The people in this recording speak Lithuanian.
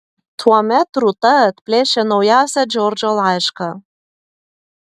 tuomet rūta atplėšė naujausią džordžo laišką